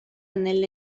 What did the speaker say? nelle